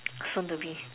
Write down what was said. soon to be